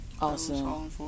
awesome